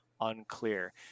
unclear